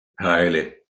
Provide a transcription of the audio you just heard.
teile